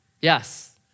Yes